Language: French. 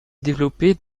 développé